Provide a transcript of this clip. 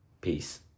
Peace